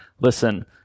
listen